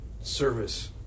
Service